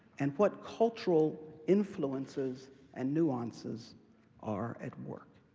and what cultural influences and nuances are at work.